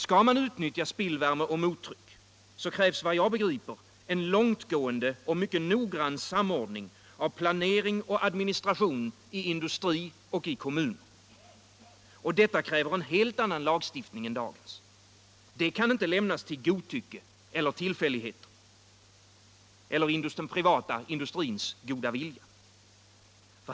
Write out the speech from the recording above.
Skall man utnyttja spillvärme och mottryck krävs enligt vad jag begriper en långtgående och mycket noggrann samordning av planering och administration i industri och i kommuner. Detta kräver en helt annan lagstiftning än dagens. Det kan inte lämnas till godtycke eller tillfälligheter eller till den privata industrins goda vilja.